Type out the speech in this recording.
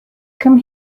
come